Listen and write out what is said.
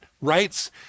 rights